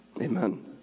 Amen